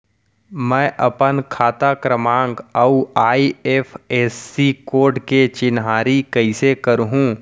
मैं अपन खाता क्रमाँक अऊ आई.एफ.एस.सी कोड के चिन्हारी कइसे करहूँ?